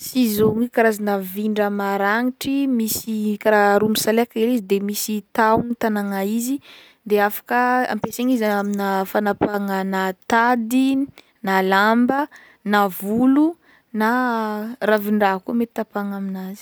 Ciseaux igny karazagna vin-draha maragnitry misy kara roa misalaka ery izy de misy tahogny hitagnana izy, de afaka ampiasaigny izy amina fanampahagna na tady, na lamba na volo na ravin-draha koa mety tapahagna amin'azy.